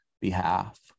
behalf